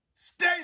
Stay